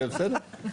ובסדר.